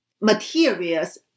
materials